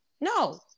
No